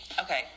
okay